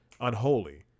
Unholy